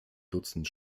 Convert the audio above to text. dutzend